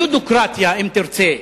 יודוקרטיה, אם תרצה.